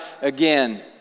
again